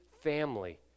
family